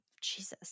Jesus